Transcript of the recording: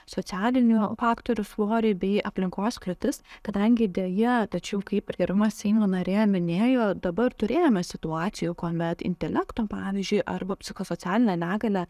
socialinių faktorių svorį bei aplinkos kliūtis kadangi deja tačiau kaip ir gerbiama seimo narė minėjo dabar turėjome situacijų kuomet intelekto pavyzdžiui arba psichosocialinę negalią